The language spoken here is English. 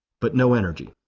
but no energy.